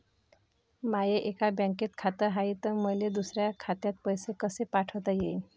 माय एका बँकेत खात हाय, त मले दुसऱ्या खात्यात पैसे कसे पाठवता येईन?